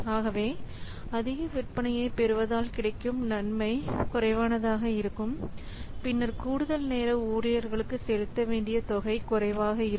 ஆகவே அதிக விற்பனையைப் பெறுவதால் கிடைக்கும் நன்மை குறைவானதாக இருக்கும் பின்னர் கூடுதல் நேர ஊழியர்களுக்கு செலுத்த வேண்டிய தொகை குறைவாக இருக்கும்